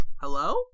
Hello